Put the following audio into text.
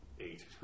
eight